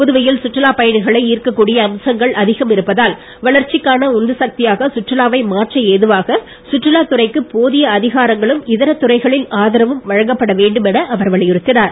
புதுவையில் சுற்றுலா பயணிகளை ஈர்க்க கூடிய அம்சங்கள் அதிகம் இருப்பதால் வளர்ச்சிக்கான உந்து சக்தியாக சுற்றுலாவை மாற்ற ஏதுவாக சுற்றுலாத் துறைக்கு போதிய அதிகாரங்களும் இதர துறைகளின் ஆதரவும் வழங்கப்பட வேண்டும் என அவர் வலியுறுத்தினார்